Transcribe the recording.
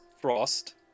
Frost